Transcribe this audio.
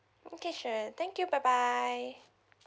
okay sure thank you bye bye